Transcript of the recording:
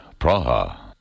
Praha